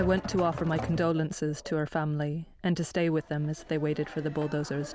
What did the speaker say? the went to offer my condolences to her family and to stay with them as they waited for the bulldozers